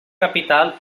capital